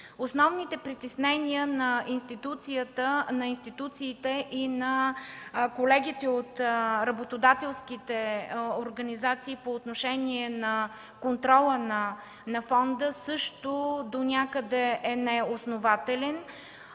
Основните притеснения на институциите и на колегите от работодателските организации по отношение на контрола на фонда, също донякъде е неоснователен.